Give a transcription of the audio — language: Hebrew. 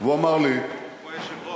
והוא אמר לי, הוא היושב-ראש.